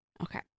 Okay